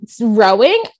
rowing